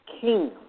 king